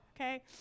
Okay